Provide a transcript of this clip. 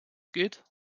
geht